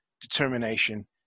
determination